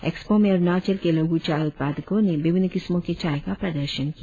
expo में अरुणाचल के लघु चाय उत्पादकों ने विभिन्न किस्मों के चाय का प्रदर्शन किया